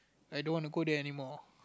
I don't want to go there anymore